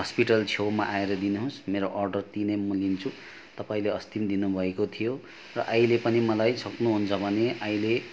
hospital छेउमा आएर दिनुहोस् मेरो अर्डर त्यहीँ नै म लिन्छु तपाईँले अस्ति पनि दिनुभएको थियो र अहिले पनि मलाई सक्नुहुन्छ भने अहिले